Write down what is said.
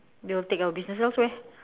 they will take your business elsewhere